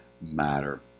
matter